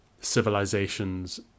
Civilizations